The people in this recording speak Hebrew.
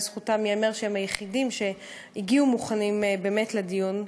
לזכותם ייאמר שהם היחידים שהגיעו מוכנים באמת לדיון,